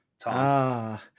Tom